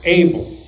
able